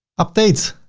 update.